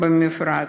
ובמפרץ.